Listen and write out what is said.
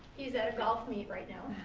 he's at a golf meet right now.